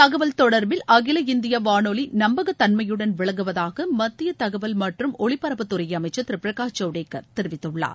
தகவல் தொடர்பில் அகில இந்திய வானொலி நம்பக தன்மையுடன் விளங்குவதாக மத்திய தகவல் மற்றும் ஒளிபரப்புத் துறை அமைச்சர் திரு பிரகாஷ் ஜவடேக்கர் தெரிவித்துள்ளார்